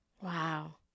Wow